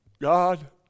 God